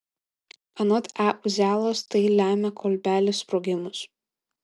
anot e uzialos tai lemia kolbelių sprogimus